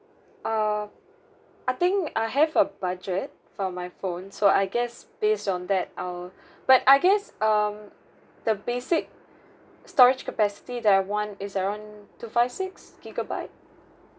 err I think I have a budget for my phone so I guess based on that I'll but I guess um the basic storage capacity that I want is around two five six gigabyte